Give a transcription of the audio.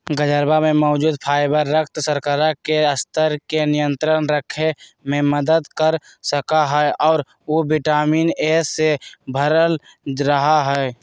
गजरवा में मौजूद फाइबर रक्त शर्करा के स्तर के नियंत्रण रखे में मदद कर सका हई और उ विटामिन ए से भरल रहा हई